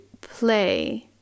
play